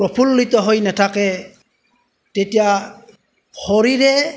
প্ৰফুল্লিত হৈ নাথাকে তেতিয়া শৰীৰে